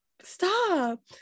stop